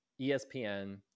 ESPN